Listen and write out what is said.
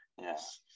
yes